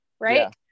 right